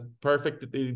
perfect